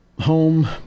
Home